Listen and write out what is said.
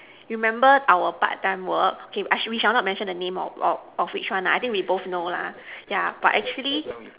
remember our part time work okay I we shall not mention the name of of of which one lah I think we both know lah yeah but actually